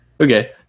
okay